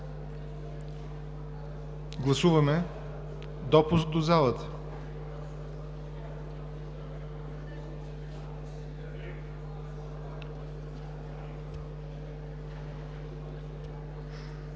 гласуване за допуск до залата.